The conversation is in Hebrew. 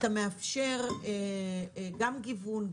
אתה מאפשר גם גיוון,